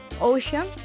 ocean